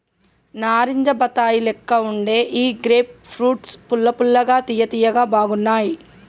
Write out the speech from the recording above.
నారింజ బత్తాయి లెక్క వుండే ఈ గ్రేప్ ఫ్రూట్స్ పుల్ల పుల్లగా తియ్య తియ్యగా బాగున్నాయ్